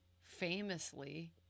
famously